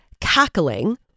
cackling